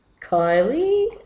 Kylie